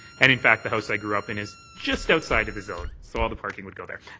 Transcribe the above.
and in fact, the house i grew up in is just outside of the zone so all the parking would go there